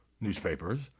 newspapers